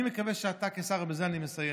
אני מקווה שאתה כשר, ובזה אני מסיים,